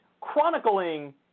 chronicling